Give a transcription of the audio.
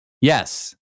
Yes